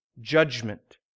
judgment